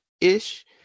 ish